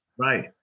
Right